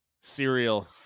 Cereal